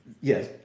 Yes